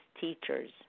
teachers